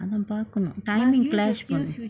அவ பாக்கனு:ava pakanu timing clash பன்னு:pannu